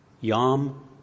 Yom